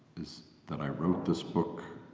is that i wrote this book,